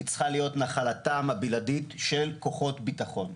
צריכה להיות נחלתם הבלעדית של כוחות הביטחון,